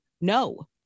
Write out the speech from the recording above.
no